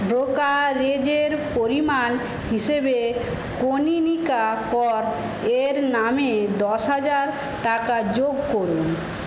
ব্রোকারেজের পরিমাণ হিসেবে কনীনিকা করের নামে দশ হাজার টাকা যোগ করুন